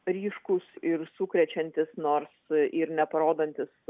ryškūs ir sukrečiantys nors ir neparodantys